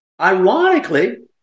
ironically